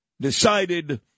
decided